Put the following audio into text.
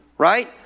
right